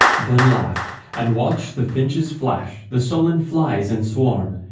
then laughed and watched the finches flash, the sullen flies in swarm,